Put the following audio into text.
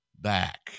back